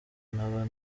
naba